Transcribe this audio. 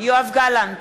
יואב גלנט,